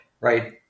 Right